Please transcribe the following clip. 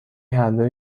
هردو